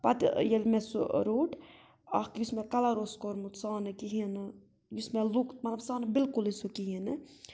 پَتہٕ ییٚلہِ مےٚ سُہ روٚٹ اَکھ یُس مےٚ کَلَر اوس کوٚرمُت سُہ آو نہٕ کِہیٖنۍ نہٕ یُس مےٚ لُک مطلب سُہ آو نہٕ بلکُلٕے سُہ کِہیٖنۍ نہٕ